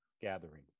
gathering